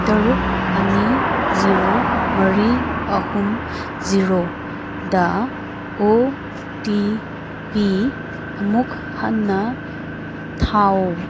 ꯇꯔꯨꯛ ꯑꯅꯤ ꯖꯤꯔꯣ ꯃꯔꯤ ꯑꯍꯨꯝ ꯖꯤꯔꯣꯗ ꯑꯣ ꯇꯤ ꯄꯤ ꯑꯃꯨꯛ ꯍꯟꯅ ꯊꯥꯎ